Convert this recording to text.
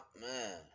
man